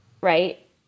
right